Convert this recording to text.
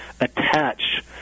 attach